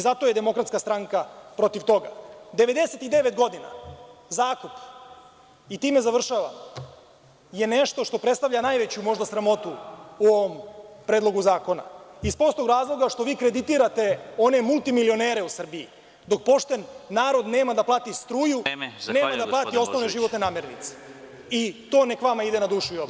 Zato je Demokratska stranka protiv toga, 99 godina zakup i time završavam, je nešto što predstavlja najveću, možda sramotu u ovom Predlogu zakona, iz prostog razloga što vi kreditirate one multimilionere u Srbiji, dok pošten narod nema da plati struju, nema da plati osnovne životne namirnice i to neka vama ide na dušu i obraz.